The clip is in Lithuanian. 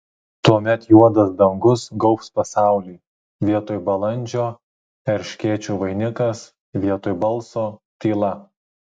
tuomet juodas dangus gaubs pasaulį vietoj balandžio erškėčių vainikas vietoj balso tyla